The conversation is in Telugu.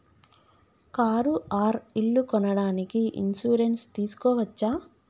కారు ఆర్ ఇల్లు కొనడానికి ఇన్సూరెన్స్ తీస్కోవచ్చా?